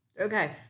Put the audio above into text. Okay